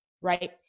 right